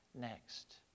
next